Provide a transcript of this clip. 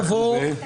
רוויזיה.